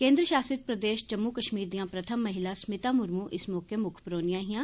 केन्द्र षासित प्रदेष जम्मू कष्मीर दियां प्रथम महिला स्मिता मुर्मू इस मौके मुक्ख परौह्नियां हियां